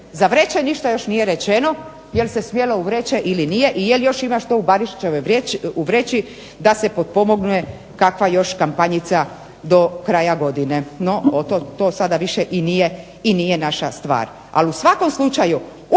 Za vreće ništa još nije rečeno jel' se smjelo u vreće ili nije i jel' još ima šta u Barišićevoj vreći da se potpomogne kakva još kampanjica do kraja godine. No, to sada više i nije naša stvar. Ali u svakom slučaju